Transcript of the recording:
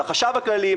לחשב הכללי,